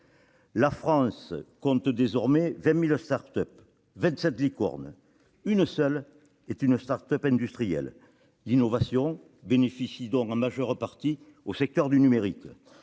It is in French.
La France compte désormais 20 000 start-up et 27 licornes. Une seule est une start-up industrielle. L'innovation bénéficie donc en majeure partie au secteur du numérique.